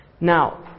Now